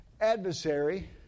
adversary